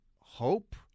hope